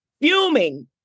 fuming